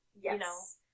Yes